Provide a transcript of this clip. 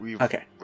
Okay